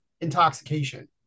intoxication